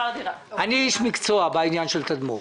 אני איש מקצוע בעניין של תדמור.